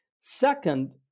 Second